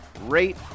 rate